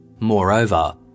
Moreover